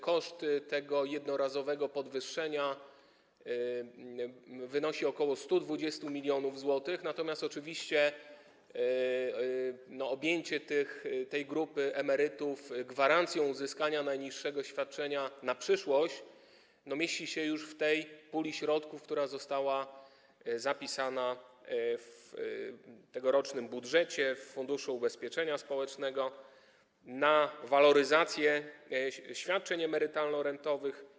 Koszt tego jednorazowego podwyższenia wynosi ok. 120 mln zł, natomiast oczywiście objęcie tej grupy emerytów gwarancją uzyskania najniższego świadczenia na przyszłość mieści się już w tej puli środków, która została zapisana w tegorocznym budżecie w Funduszu Ubezpieczeń Społecznych na waloryzację świadczeń emerytalno-rentowych.